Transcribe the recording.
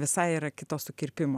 visai yra kito sukirpimo